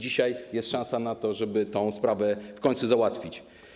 Dzisiaj jest szansa na to, żeby tę sprawę w końcu załatwić.